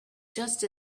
just